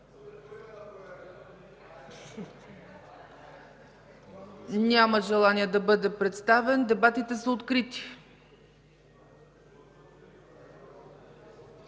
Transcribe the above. Няма желание да бъде представен. Дебатите са открити.